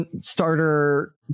starter